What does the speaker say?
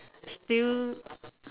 still